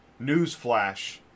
newsflash